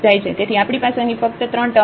તેથી આપણી પાસે અહીં ફક્ત 3 ટર્મ છે